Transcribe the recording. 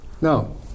No